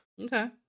Okay